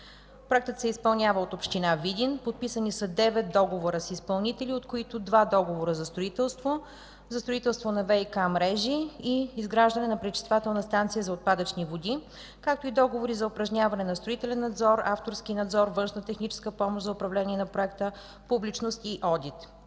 Проектът се изпълнява от община Видин, подписани са девет договора с изпълнители, от които два договора за строителство – за строителство на ВиК-мрежи и изграждане на пречиствателна станция за отпадъчни води, както и договори за упражняване на строителен надзор, авторски надзор, външна техническа помощ за управление на проекта, публичност и одит.